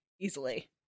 easily